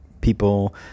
people